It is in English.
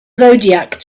zodiac